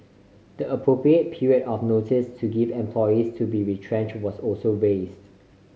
the appropriate period of notice to give employees to be retrench was also wasted